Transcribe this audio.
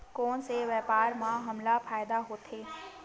कोन से व्यापार म हमला फ़ायदा होथे?